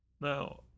Now